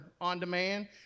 on-demand